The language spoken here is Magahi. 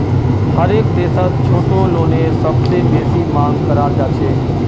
हरेक देशत छोटो लोनेर सबसे बेसी मांग कराल जाछेक